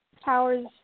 powers